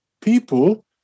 people